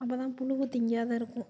அப்போ தான் புழுவு தின்காத இருக்கும்